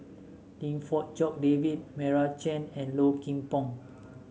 Lim Fong Jock David Meira Chand and Low Kim Pong